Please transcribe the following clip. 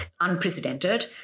unprecedented